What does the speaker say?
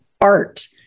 art